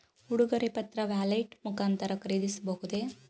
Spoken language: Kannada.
ಉಡುಗೊರೆ ಪತ್ರ ವ್ಯಾಲೆಟ್ ಮುಖಾಂತರ ಖರೀದಿಸಬಹುದೇ?